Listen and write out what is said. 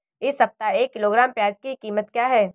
इस सप्ताह एक किलोग्राम प्याज की कीमत क्या है?